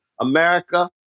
America